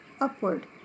upward